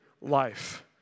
life